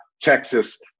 Texas